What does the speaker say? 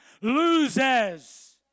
loses